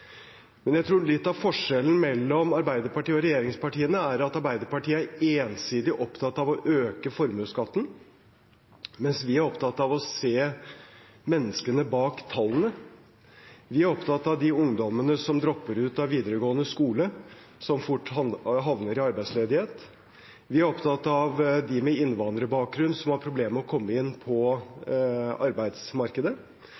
Men jeg tror litt av forskjellen mellom Arbeiderpartiet og regjeringspartiene er at Arbeiderpartiet er ensidig opptatt av å øke formuesskatten, mens vi er opptatt av å se menneskene bak tallene. Vi er opptatt av de ungdommene som dropper ut av videregående skole, og som fort havner i arbeidsledighet. Vi er opptatt av de med innvandrerbakgrunn som har problemer med å komme inn